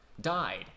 died